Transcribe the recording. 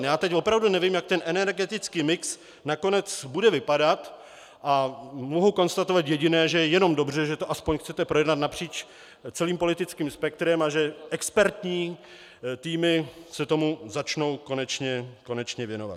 Já teď opravdu nevím, jak ten energetický mix nakonec bude vypadat, a mohu konstatovat jediné že je jenom dobře, že to aspoň chcete projednat napříč celý politickým spektrem a že expertní týmy se tomu začnou konečně věnovat.